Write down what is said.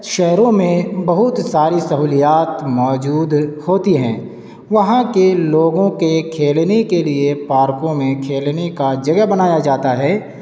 شہروں میں بہت ساری سہولیات موجود ہوتی ہیں وہاں کے لوگوں کے کھیلنے کے لیے پارکوں میں کھیلنے کا جگہ بنایا جاتا ہے